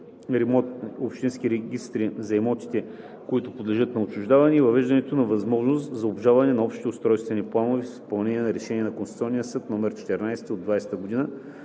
общински регистри за имотите, които подлежат на отчуждаване, и въвеждането на възможност за обжалване на общите устройствени планове в изпълнение на Решение на Конституционния съд № 14 от 2020 г.